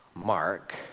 mark